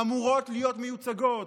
אמורות להיות מיוצגות.